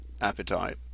appetite